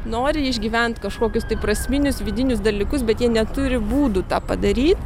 nori išgyvent kažkokius tai prasminius vidinius dalykus bet jie neturi būdų tą padaryt